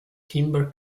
timber